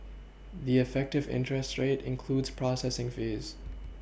the effective interest rate includes processing fees